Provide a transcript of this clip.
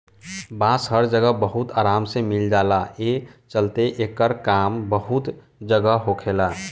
बांस हर जगह बहुत आराम से मिल जाला, ए चलते एकर काम बहुते जगह होखेला